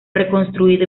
reconstruido